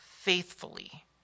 faithfully